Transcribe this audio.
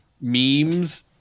memes